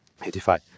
85